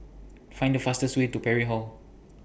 Find The fastest Way to Parry Hall